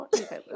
okay